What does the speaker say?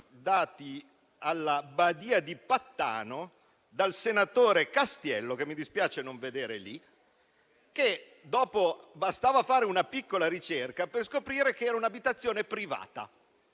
dati alla Badia di Pattano dal senatore Castiello, che mi dispiace non vedere in Aula. È bastato fare una piccola ricerca per scoprire che era un'abitazione privata.